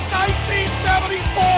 1974